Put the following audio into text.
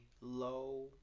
low